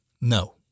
No